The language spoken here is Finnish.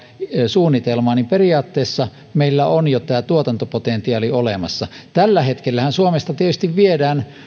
suunnitelmaa niin periaatteessa meillä on jo tämä tuotantopotentiaali olemassa tällä hetkellähän suomesta tietysti viedään